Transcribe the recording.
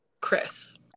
Chris